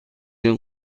این